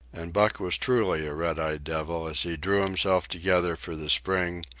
and buck was truly a red-eyed devil, as he drew himself together for the spring,